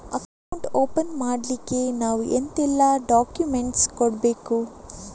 Account open ಮಾಡ್ಲಿಕ್ಕೆ ನಾವು ಎಂತೆಲ್ಲ ಡಾಕ್ಯುಮೆಂಟ್ಸ್ ಕೊಡ್ಬೇಕು?